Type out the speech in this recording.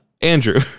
Andrew